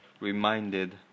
reminded